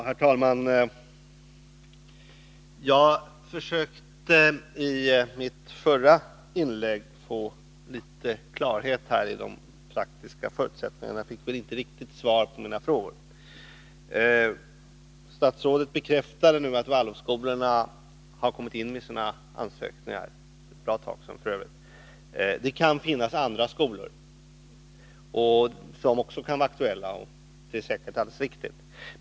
Herr talman! Jag försökte genom mitt förra inlägg få litet klarhet i de praktiska förutsättningarna, men fick inte riktigt svar på mina frågor. Statsrådet bekräftade nu att Waldorfskolorna har kommit in med sina ansökningar — för ett bra tag sedan, f. ö. — och att det kan finnas andra skolor som kan vara aktuella. Det är säkerligen alldeles riktigt.